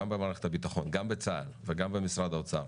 גם במערכת הביטחון וגם בצה"ל וגם במשרד האוצר,